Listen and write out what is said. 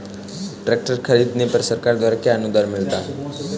Tractor खरीदने पर सरकार द्वारा क्या अनुदान मिलता है?